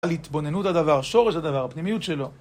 על התבוננות הדבר, שורש הדבר, הפנימיות שלו.